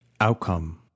outcome